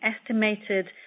estimated